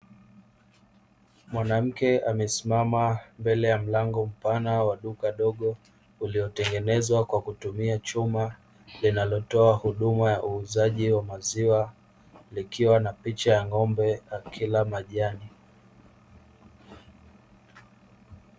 Mwanamke amesimama mbele ya mlango mpana wa duka dogo uliotengenezwa kwa kutumia chuma, linalotoa huduma ya uuzaji wa maziwa likiwa na picha ya ng'ombe akila majani.